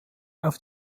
auf